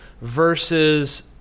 versus